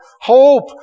hope